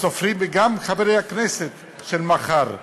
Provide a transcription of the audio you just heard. הסופרים וגם חברי הכנסת של מחר.